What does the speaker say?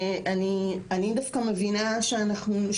אני דווקא מבינה שאנחנו,